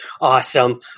awesome